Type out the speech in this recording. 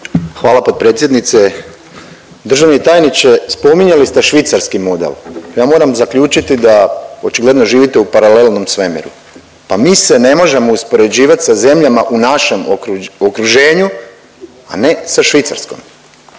Hvala potpredsjednice. Državni tajniče, spominjali ste švicarski model, ja moram zaključiti da očigledno živite u paralelnom svemiru. Pa mi se ne možemo uspoređivat sa zemljama u našem okruženju, a ne sa Švicarskom.